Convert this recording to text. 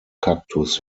kaktus